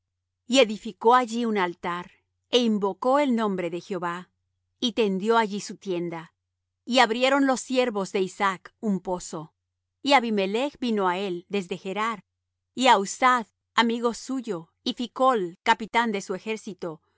y edificó allí un altar é invocó el nombre de jehová y tendió allí su tienda y abrieron allí los siervos de isaac un pozo y abimelech vino á él desde gerar y ahuzzath amigo suyo y phicol capitán de su ejército